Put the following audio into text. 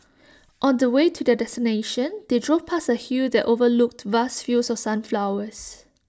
on the way to their destination they drove past A hill that overlooked vast fields of sunflowers